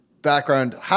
background